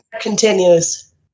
continues